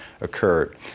occurred